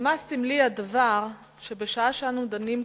כמה סמלי הדבר שבשעה שאנו דנים כאן,